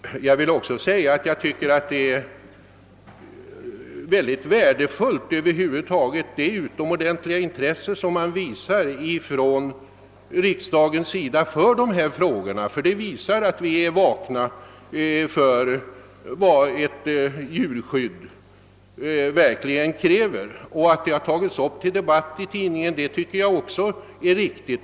Det utomordentligt stora intresse riks dagen visat för dessa frågor är mycket värdefullt och visar att vi är vakna för vad som kräves av ett gott djurskydd. Jag tycker också det är riktigt att frågorna tas upp till debatt i pressen.